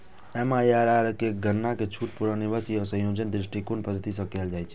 MIRR केर गणना छूट, पुनर्निवेश आ संयोजन दृष्टिकोणक पद्धति सं कैल जाइ छै